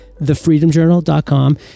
thefreedomjournal.com